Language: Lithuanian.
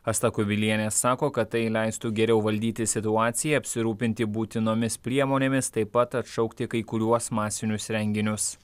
asta kubilienė sako kad tai leistų geriau valdyti situaciją apsirūpinti būtinomis priemonėmis taip pat atšaukti kai kuriuos masinius renginius